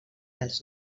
dels